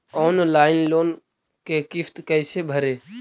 Online loan के किस्त कैसे भरे?